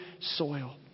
soil